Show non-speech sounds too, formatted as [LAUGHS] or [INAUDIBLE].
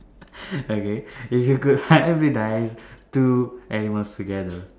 [LAUGHS] okay if you could hybridise two animals together